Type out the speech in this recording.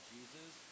Jesus